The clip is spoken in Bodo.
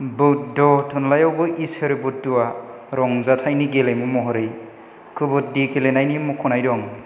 बौद्ध थुलाइआवबो इसोर बुद्धआ रंजाथाइनि गेलेमु महरै काबाड्डी गेलेनायनि मख'नाय दं